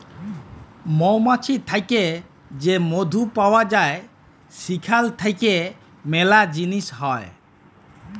মমাছি থ্যাকে যে মধু পাউয়া যায় সেখাল থ্যাইকে ম্যালা জিলিস হ্যয়